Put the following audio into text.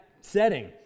setting